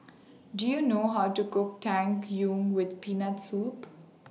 Do YOU know How to Cook Tang Yuen with Peanut Soup